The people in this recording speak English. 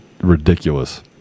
ridiculous